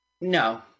No